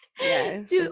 Yes